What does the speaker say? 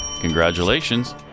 congratulations